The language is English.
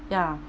ya